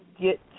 get